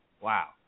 wow